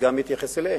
וגם יתייחס אליהם.